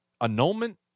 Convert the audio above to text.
annulment